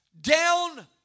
down